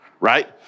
right